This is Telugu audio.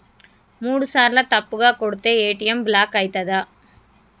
మూడుసార్ల తప్పుగా కొడితే ఏ.టి.ఎమ్ బ్లాక్ ఐతదా?